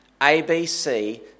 ABC